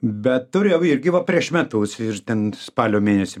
bet turėjau irgi va prieš metus ir ten spalio mėnesį